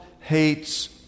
hates